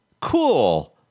cool